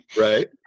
right